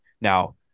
Now